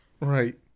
Right